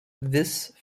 this